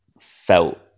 felt